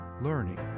learning